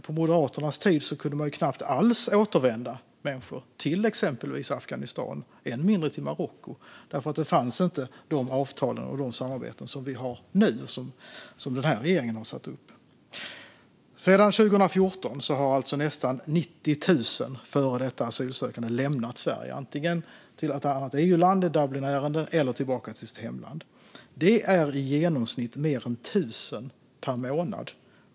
På Moderaternas tid kunde återvändanden knappt verkställas alls, exempelvis till Afghanistan, än mindre till Marocko, för det fanns inte sådana avtal och samarbeten som vi har nu och som vår regering har satt upp. Sedan 2014 har alltså nästan 90 000 före detta asylsökande lämnat Sverige och åkt antingen till ett annat EU-land - i Dublinärenden - eller tillbaka till sitt hemland. Det är i genomsnitt fler än 1 000 per månad.